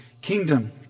kingdom